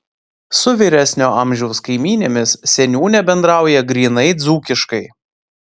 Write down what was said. su vyresnio amžiaus kaimynėmis seniūnė bendrauja grynai dzūkiškai